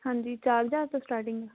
ਹਾਂਜੀ ਚਾਰ ਹਜ਼ਾਰ ਤੋਂ ਸਟਾਰਟਿੰਗ ਆ